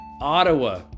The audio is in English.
Ottawa